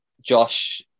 Josh